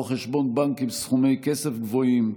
לא חשבון בנק עם סכומי כסף גבוהים,